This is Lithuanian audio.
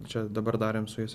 čia dabar darėm su jais